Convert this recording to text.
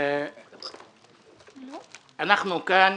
אנחנו כאן